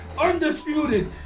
undisputed